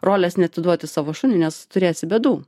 rolės neatiduoti savo šuniui nes turėsi bėdų